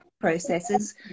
processes